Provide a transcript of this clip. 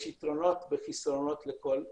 יש יתרונות וחסרונות לכל גישה.